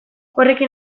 horrekin